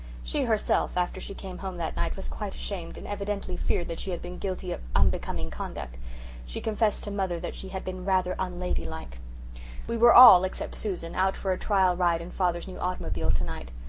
she, herself, after she came home that night was quite ashamed and evidently feared that she had been guilty of unbecoming conduct she confessed to mother that she had been rather unladylike we were all except susan out for a trial ride in father's new automobile tonight.